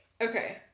Okay